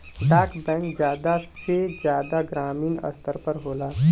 डाक बैंक जादा से जादा ग्रामीन स्तर पर होला